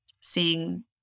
seeing